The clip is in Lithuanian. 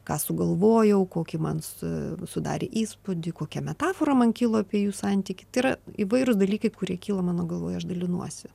ką sugalvojau kokį man su sudarė įspūdį kokia metafora man kilo apie jų santykį tai yra įvairūs dalykai kurie kyla mano galvoje aš dalinuosi